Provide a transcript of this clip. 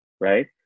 Right